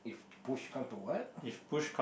push come to what